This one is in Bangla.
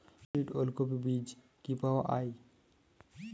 হাইব্রিড ওলকফি বীজ কি পাওয়া য়ায়?